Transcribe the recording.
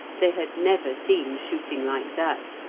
they had never seen shooting like that,